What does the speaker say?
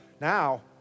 now